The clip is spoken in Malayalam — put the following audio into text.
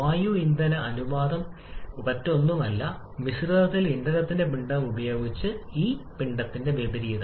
വായു ഇന്ധന അനുപാതം ഒന്നുമല്ല പക്ഷേ ഒരു മിശ്രിതത്തിൽ ഇന്ധനത്തിന്റെ പിണ്ഡം ഉപയോഗിച്ച് ഈ പിണ്ഡത്തിന്റെ വിപരീതം